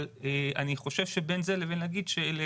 אבל אני חושב שבין זה לבין להגיד שאלה